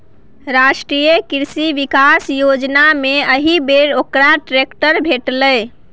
राष्ट्रीय कृषि विकास योजनामे एहिबेर ओकरा ट्रैक्टर भेटलै